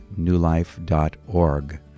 newlife.org